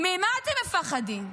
ממה אתם מפחדים?